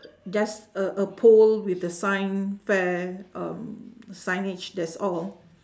just a a pole with the science fair um signage that's all